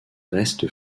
restes